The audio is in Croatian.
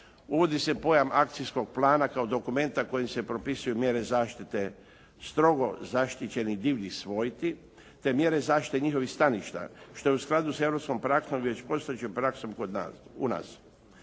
uvodi se pojam akcijskog plana kao dokumenta kojim se propisuju mjere zaštite strogo zaštićenih divljih svojti, te mjere zaštite njihovih staništa što je u skladu sa europskom praksom već postojećom praksom kod nas,